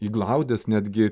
į glaudes netgi